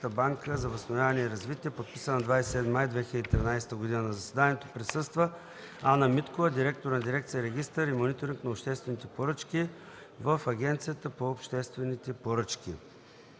банка за възстановяване и развитие, подписан на 27 май 2013 г. На заседанието присъства Ана Миткова – директор на дирекция „Регистър и мониторинг на обществените поръчки” в Агенцията по обществени поръчки.”